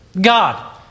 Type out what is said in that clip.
God